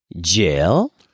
Jail